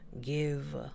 give